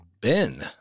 Ben